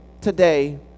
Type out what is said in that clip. today